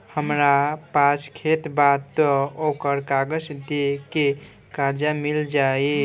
हमरा पास खेत बा त ओकर कागज दे के कर्जा मिल जाई?